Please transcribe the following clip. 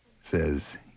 says